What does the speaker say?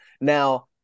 Now